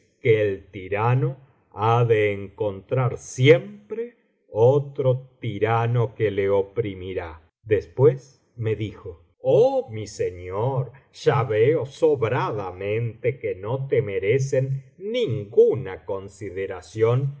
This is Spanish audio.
el tirano ha de encontrar siempre otro urano que le oprimirá después me elijo oh mi señor ya veo sobradamente que no te merecen ninguna consideración